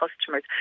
customers